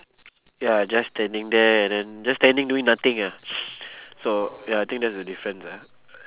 ya just standing there and then just standing doing nothing ah so ya I think that's the difference ah